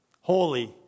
Holy